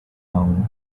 down